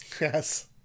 Yes